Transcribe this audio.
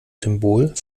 symbol